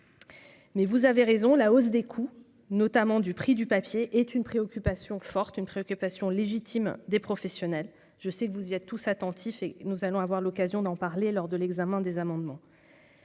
Mais vous avez raison, la hausse des coûts, notamment du prix du papier est une préoccupation forte, une préoccupation légitime des professionnels, je sais que vous y a tous attentifs et nous allons avoir l'occasion d'en parler lors de l'examen des amendements